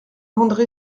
andré